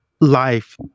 life